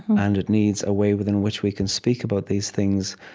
and it needs a way within which we can speak about these things,